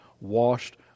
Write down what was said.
washed